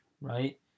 right